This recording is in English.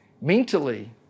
mentally